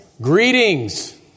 Greetings